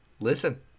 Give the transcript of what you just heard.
listen